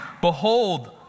Behold